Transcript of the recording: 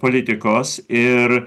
politikos ir